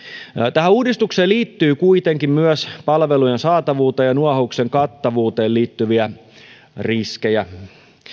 tähän uudistukseen liittyy kuitenkin myös palvelujen saatavuuteen ja nuohouksen kattavuuteen liittyviä riskejä